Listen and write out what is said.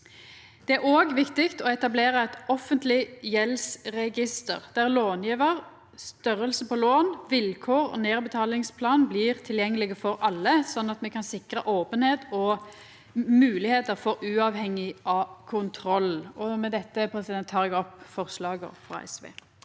Det er òg viktig å etablera eit offentleg gjeldsregister der långjevar, størrelse på lån, vilkår og nedbetalingsplan blir tilgjengelege for alle, sånn at me kan sikra openheit og moglegheiter for uavhengig kontroll. Med dette tek eg opp forslaga SV